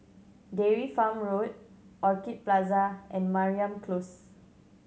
Dairy Farm Road Orchid Plaza and Mariam Close